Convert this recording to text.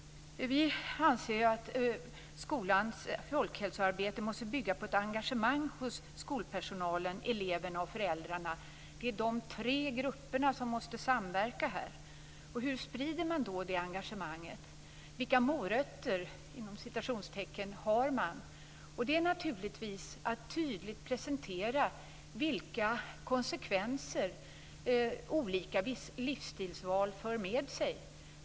Vi anser att skolans folkhälsoarbete måste bygga på ett engagemang hos skolpersonalen, eleverna och föräldrarna. De tre grupperna måste samverka. Hur sprider man då det engagemanget? Vilka "morötter" har man? Det är naturligtvis att tydligt presentera vilka konsekvenser olika livsstilsval för med sig.